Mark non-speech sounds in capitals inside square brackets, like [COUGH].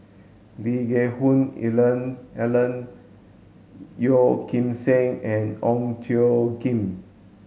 Lee Geck Hoon [UNINTELLIGIBLE] Ellen Yeo Kim Seng and Ong Tjoe Kim